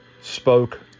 spoke